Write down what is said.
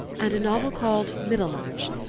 and a novel called middlemarch,